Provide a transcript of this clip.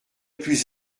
plus